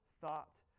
thought